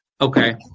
Okay